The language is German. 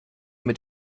mit